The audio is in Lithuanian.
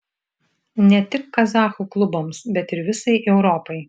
ne tik kazachų klubams bet ir visai europai